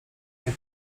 mnie